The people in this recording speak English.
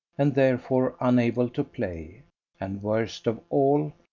and therefore unable to play and worst of all,